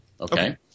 Okay